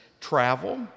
travel